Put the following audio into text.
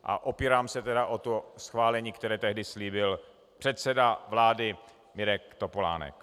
A opírám se tedy o to schválení, které tehdy slíbil předseda vlády Mirek Topolánek.